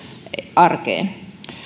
arkeen